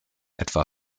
etwa